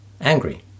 angry